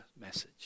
message